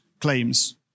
claims